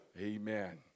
Amen